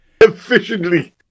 Efficiently